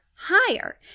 higher